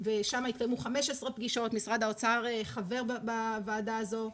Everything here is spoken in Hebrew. שם התקיימו 15 פגישות, משרד האוצר חבר בוועדה הזו.